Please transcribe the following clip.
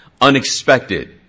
unexpected